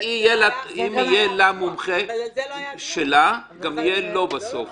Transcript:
אם יהיה לה מומחה משלה, גם יהיה לו בסוף.